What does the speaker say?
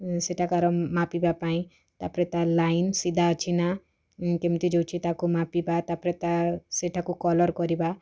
ଏଁ ସେଟାକାର ମାପିବାପାଇଁ ତା'ପରେ ତା' ଲାଇନ୍ ସିଧା ଅଛି ନା ଇଁ କେମିତି ଯାଉଛି ତାକୁ ମାପିବା ତା'ପରେ ତା' ସେଇଟାକୁ କଲର କରିବା